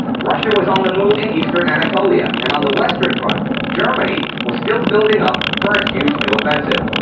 russia was on the move in eastern anatolia, and on the western front germany was still building up for a huge new offensive.